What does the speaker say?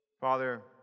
father